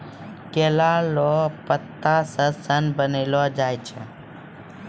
केला लो पत्ता से सन बनैलो जाय छै